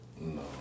no